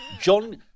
John